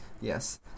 yes